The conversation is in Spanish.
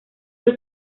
del